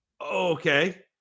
Okay